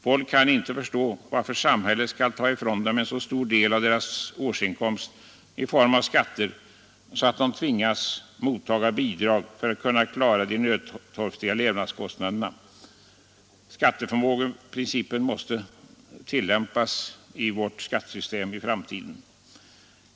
Folk kan icke förstå varför samhället skall ta ifrån dem en så stor del av deras årsinkomst i form av skatter att de tvingas mottaga bidrag för att kunna klara kostnaderna för livets nödtorft. Skatteförmågeprincipen måste tillämpas i vårt skattesystem i framtiden.